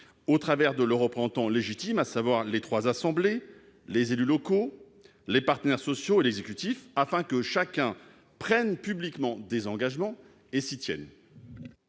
au travers de leurs représentants légitimes, à savoir les trois assemblées, les élus locaux, les partenaires sociaux et l'exécutif, afin que chacun prenne publiquement des engagements et s'y tienne